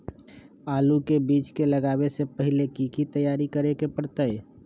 आलू के बीज के लगाबे से पहिले की की तैयारी करे के परतई?